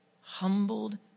humbled